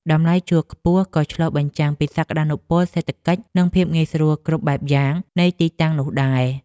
តម្លៃជួលខ្ពស់ក៏ឆ្លុះបញ្ចាំងពីសក្តានុពលសេដ្ឋកិច្ច និងភាពងាយស្រួលគ្រប់បែបយ៉ាងនៃទីតាំងនោះដែរ។